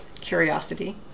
Curiosity